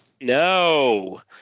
No